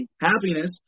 happiness